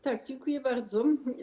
Tak, dziękuję bardzo.